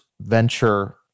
venture